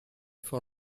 for